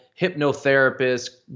hypnotherapists